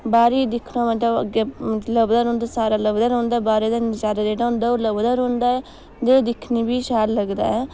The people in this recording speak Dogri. बाह्रै दिक्खां तां अग्गें लभदा रौंह्दा सारा लभदा रौंह्दा बारी दा नजारा जेह्ड़ा होंदा ओह् लभदा रौंह्दा ऐ जे दिक्खने बी शैल लगदा ऐ